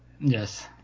Yes